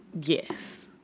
Yes